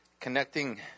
connecting